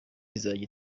izajya